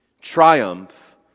Triumph